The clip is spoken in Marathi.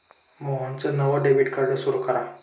मोहनचं नवं डेबिट कार्ड सुरू करा